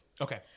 Okay